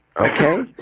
Okay